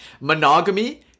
Monogamy